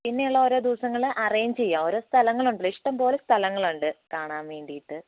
പിന്നെയുള്ള ഓരോ ദിവസങ്ങള് അറേഞ്ച് ചെയ്യാം ഓരോ സ്ഥലങ്ങളുണ്ടല്ലോ ഇഷ്ടംപോലെ സ്ഥലങ്ങളുണ്ട് കാണാൻ വേണ്ടിയിട്ട്